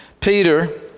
Peter